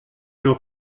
nur